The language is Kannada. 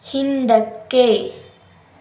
ಹಿಂದಕ್ಕೆ